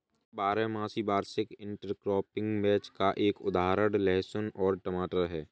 एक बारहमासी वार्षिक इंटरक्रॉपिंग मैच का एक उदाहरण लहसुन और टमाटर है